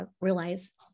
realize